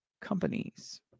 companies